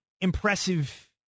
impressive